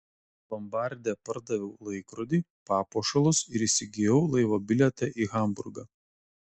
lombarde pardaviau laikrodį papuošalus ir įsigijau laivo bilietą į hamburgą